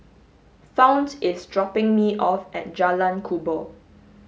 Fount is dropping me off at Jalan Kubor